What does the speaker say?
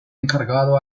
encargado